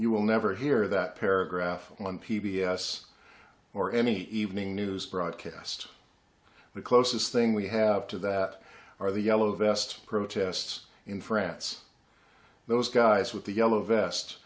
you will never hear that paragraph on p b s or any evening news broadcast the closest thing we have to that are the yellow vests protests in france those guys with the yellow vest